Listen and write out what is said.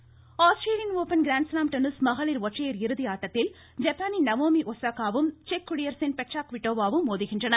tennis Australian open grand slam tennis மகளிர் ஒற்றையர் இறுதி ஆட்டத்தில் ஜப்பானின் நவோமி ஒஸாகாவும் செக் குடியரசின் பெட்ரா க்விட்டோவாவும் மோதுகின்றனர்